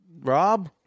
Rob